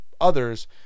others